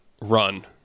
run